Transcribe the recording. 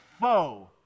foe